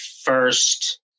first